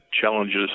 challenges